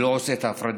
לא, זה לא רק זה,